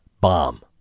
bomb